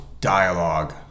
dialogue